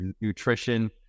nutrition